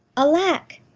alack,